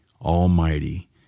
Almighty